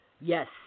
Yes